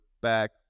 back